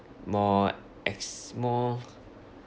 more ex~ more